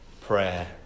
prayer